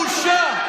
בושה.